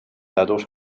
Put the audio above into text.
dadurch